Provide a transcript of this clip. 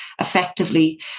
effectively